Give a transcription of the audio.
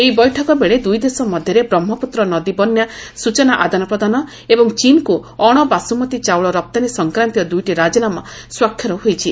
ଏହି ବୈଠକ ବେଳେ ଦୁଇ ଦେଶ ମଧ୍ୟରେ ବ୍ରହ୍ମପୁତ୍ର ନଦୀ ବନ୍ୟା ସ୍ଚଚନା ଆଦାନପ୍ରଦାନ ଏବଂ ଚୀନ୍କୁ ଅଣବାସ୍ବମତୀ ଚାଉଳ ରପ୍ତାନୀ ସଂକ୍ରାନ୍ତୀୟ ଦୁଇଟି ରାଜିନାମା ସ୍ୱାକ୍ଷର ହୋଇଛି